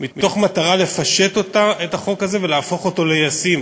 במטרה לפשט את החוק הזה ולהפוך אותו לישים.